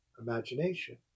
imagination